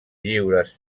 lliures